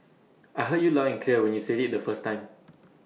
I heard you loud and clear when you said IT the first time